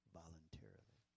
voluntarily